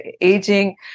aging